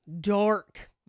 dark